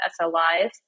SLIs